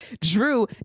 Drew